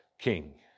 King